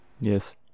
yes